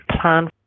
plan